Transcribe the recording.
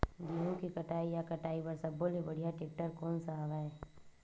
गेहूं के कटाई या कटाई बर सब्बो ले बढ़िया टेक्टर कोन सा हवय?